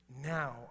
Now